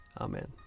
Amen